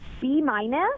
B-minus